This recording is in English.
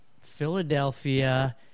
Philadelphia